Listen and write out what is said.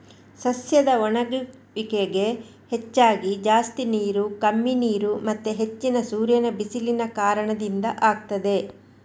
ಸಸ್ಯದ ಒಣಗುವಿಕೆಗೆ ಹೆಚ್ಚಾಗಿ ಜಾಸ್ತಿ ನೀರು, ಕಮ್ಮಿ ನೀರು ಮತ್ತೆ ಹೆಚ್ಚಿನ ಸೂರ್ಯನ ಬಿಸಿಲಿನ ಕಾರಣದಿಂದ ಆಗ್ತದೆ